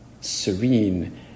serene